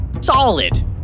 solid